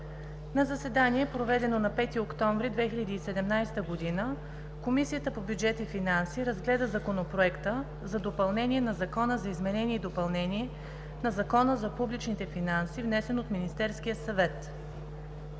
На заседание, проведено на 6 октомври 2017 г., Комисията по бюджет и финанси разгледа Законопроект за допълнение на Закона за изменение и допълнение на Закона за публичните финанси, внесен от Министерския съвет.